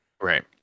Right